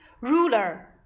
Ruler